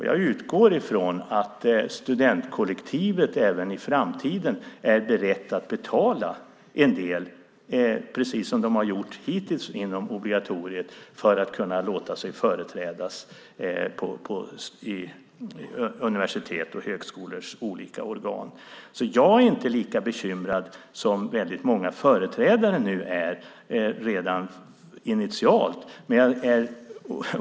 Jag utgår från att studentkollektivet även i framtiden är berett att betala en del, precis som de har gjort hittills inom obligatoriet, för att kunna låta sig företrädas vid universitets och högskolors olika organ. Jag är inte lika bekymrad som väldigt många företrädare är redan initialt.